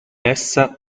essa